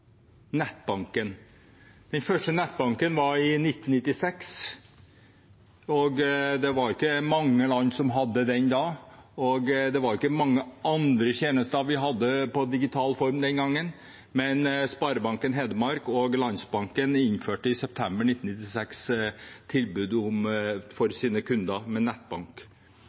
hadde det da. Det var ikke mange andre tjenester vi hadde i digital form den gangen, men Sparebanken Hedmark og Landsbanken innførte i september 1996 tilbud om nettbank for sine kunder. Det utviklet seg, det var mye debatt om det med